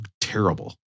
terrible